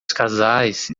casais